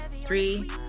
three